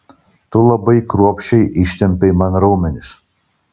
tu labai kruopščiai ištempei man raumenis